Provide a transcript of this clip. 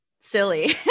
silly